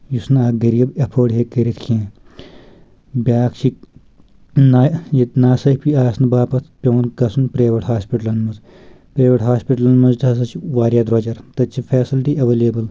یُس نہٕ اکھ غریب ایٚفٲڑ ہیٚکہِ کٔرِتھ کینٛہہ بیاکھ چھِ نا ییٚتہِ نا صٲفی آسنہٕ باپتھ پیٚوان گژھُن پرایویٹ ہاسپٹلن منٛز پرایویٹ ہاسپٹلن منٛز تہِ ہسا چھُ واریاہ درٛۄجر تتہِ چھِ فیسلٹی ایٚولیبٕل